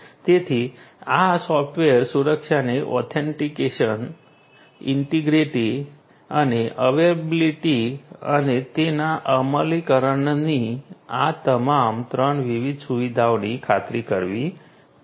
તેથી આ સૉફ્ટવેર સુરક્ષાએ ઑથેન્ટિકેશન ઈન્ટેગ્રિટી અને અવૈલેબિલીટી અને તેના અમલીકરણની આ તમામ 3 વિવિધ સુવિધાઓની ખાતરી કરવી પડશે